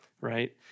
right